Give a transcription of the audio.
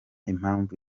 impamvu